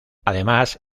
además